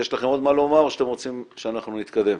יש לכם עוד מה לומר או שאתם רוצים שאנחנו נתקדם?